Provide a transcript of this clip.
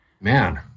Man